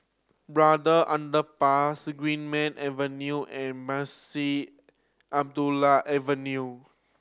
Braddell Underpass Greenmead Avenue and Munshi Abdullah Avenue